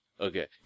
Okay